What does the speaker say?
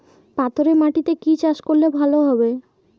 পাথরে মাটিতে কি চাষ করলে ভালো হবে?